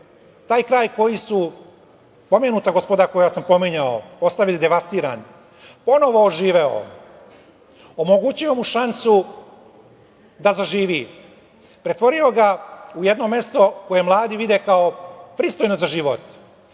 taj kraj koji su, pomenuta gospoda koje sam pominjao, ostavili devastiranog, ponovo oživeo, omogućio mu šansu da zaživi, pretvorio ga u jedno mesto koje mladi vide kao pristojno za život,